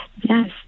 yes